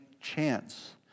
chance